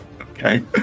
okay